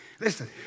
listen